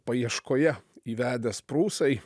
paieškoje įvedęs prūsai